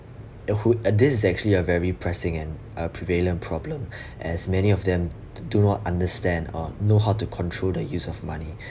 uh who uh this is actually a very pressing and uh prevalent problems many of them do not understand um know how to control the use of money